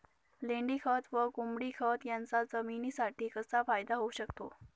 लेंडीखत व कोंबडीखत याचा जमिनीसाठी कसा फायदा होऊ शकतो?